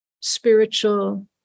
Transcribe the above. spiritual